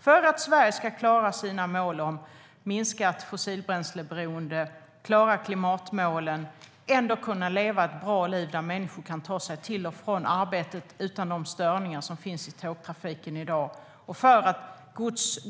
För att Sverige ska klara sina mål om ett minskat fossilbränsleberoende och klara klimatmålen, och vi ändå ska kunna leva ett bra liv och kunna ta oss till och från arbetet utan de störningar som är i tågtrafiken i dag och för att